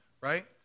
right